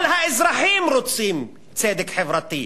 כל האזרחים רוצים צדק חברתי.